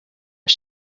but